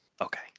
Okay